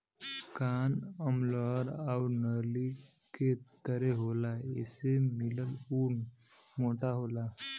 कान लमहर आउर नली के तरे होला एसे मिलल ऊन मोटा होला